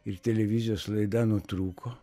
ir televizijos laida nutrūko